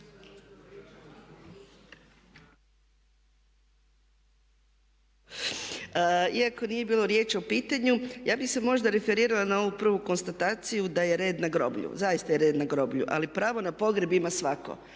Iako nije bilo riječi o pitanju ja bih se možda referirala na ovu prvu konstataciju da je red na groblju, zaista je red na groblju ali pravo na pogreb ima svatko.